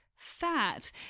Fat